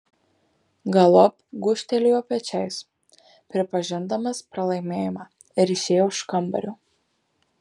galop gūžtelėjo pečiais pripažindamas pralaimėjimą ir išėjo iš kambario